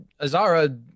azara